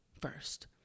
first